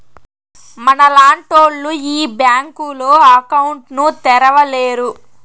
మనలాంటోళ్లు ఈ బ్యాంకులో అకౌంట్ ను తెరవలేరు